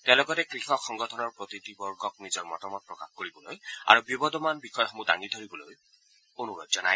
তেওঁ লগতে কৃষক সংগঠনৰ প্ৰতিনিধি বৰ্গক নিজৰ মতামত প্ৰকাশ কৰিবলৈ আৰু বিবদমান বিষয়সমূহ দাঙি ধৰিবলৈ অনুৰোধ জনায়